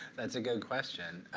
that's a good question.